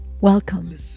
Welcome